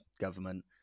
government